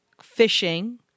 fishing